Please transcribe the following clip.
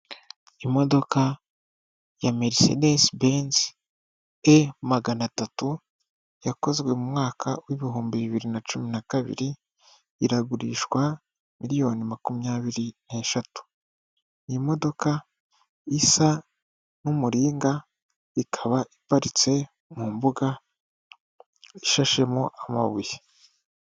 Imodoka ya Merisendesi benzi E magana atatu yakozwe mu mwaka w'ibihumbi bibiri na cumi na kabiri iragurishwa miliyoni makumyabiri n'eshatu iyi modoka isa n'umuringa ikaba iparitse mu mbuga ishashemo amabuye.